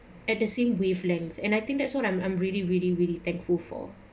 at the same wavelength and I think that's what I'm I'm really really really thankful for